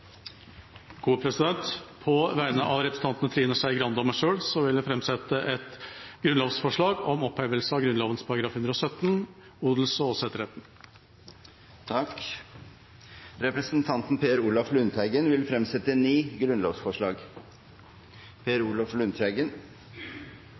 På vegne av representanten Trine Skei Grande og meg selv vil jeg framsette et grunnlovsforslag om opphevelse av § 117, odels- og åsetesretten. Representanten Per Olaf Lundteigen vil fremsette ni grunnlovsforslag.